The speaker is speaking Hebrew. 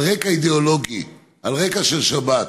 על רקע אידיאולוגי, על רקע של שבת.